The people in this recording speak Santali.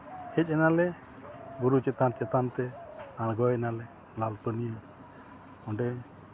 ᱦᱮᱡ ᱮᱱᱟ ᱞᱮ ᱵᱩᱨᱩ ᱪᱮᱛᱟᱱ ᱪᱮᱛᱟᱱᱛᱮ ᱟᱬᱜᱚᱭᱱᱟᱞᱮ ᱞᱟᱞ ᱯᱟᱹᱱᱤᱭᱟᱹ ᱚᱸᱰᱮ